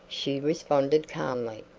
she responded, calmly.